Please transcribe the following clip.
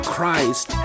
Christ